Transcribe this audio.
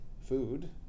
food